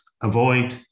avoid